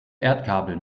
erdkabel